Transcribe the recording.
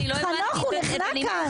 חנוך, הוא נחנק כאן.